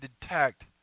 detect